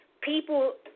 People